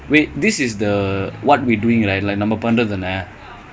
அவன்:avan cut பண்ணி கொடுப்பாங்க அதயே:panni kodupaanga athayae